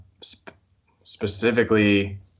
Specifically